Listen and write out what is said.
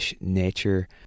nature